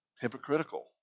hypocritical